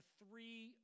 three